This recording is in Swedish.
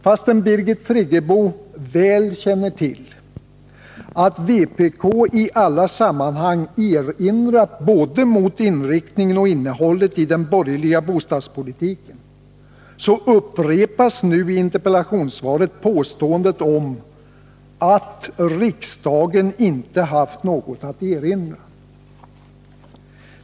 Fastän Birgit Friggebo väl känner till att vpk i alla sammanhang erinrat mot både inriktningen och innehållet i den borgerliga bostadspolitiken upprepas nu påståendet ”att riksdagen inte haft något att erinra”.